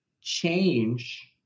change